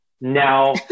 Now